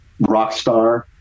Rockstar